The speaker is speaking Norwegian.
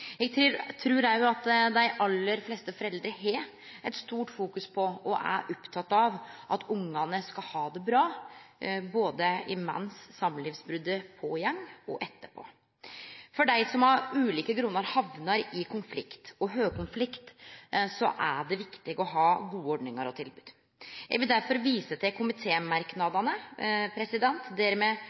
Eg trur òg at dei aller fleste foreldre har eit stort fokus på og er opptekne av at ungane skal ha det bra, både mens samlivsbrotet pågår og etterpå. For dei som av ulike grunnar hamnar i konflikt, og høgkonflikt, er det viktig å ha gode ordningar og tilbod. Eg vil derfor vise til